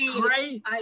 Great